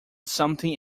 something